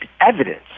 evidence